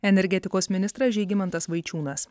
energetikos ministras žygimantas vaičiūnas